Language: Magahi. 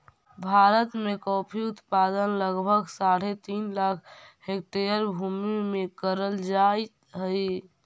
भारत में कॉफी उत्पादन लगभग साढ़े तीन लाख हेक्टेयर भूमि में करल जाइत हई